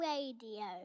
Radio